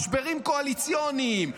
משברים קואליציוניים,